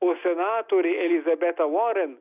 o senatorė elizabeta voren